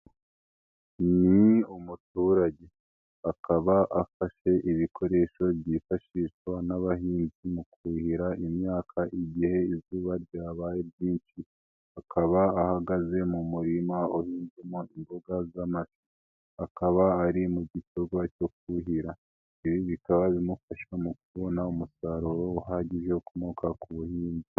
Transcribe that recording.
Ni umuturage akaba afashe ibikoresho byifashishwa n'abahinzi mu kuhira imyaka igihe izuba ryabaye ryinshi, akaba ahagaze mu murima uhinzemo imboga z'amashu, akaba ari mu gikorwa cyo kuhira, ibi bikaba bimufasha mu kubona umusaruro uhagije ukomoka ku buhinzi.